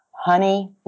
Honey